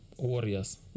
Warriors